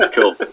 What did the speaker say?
Cool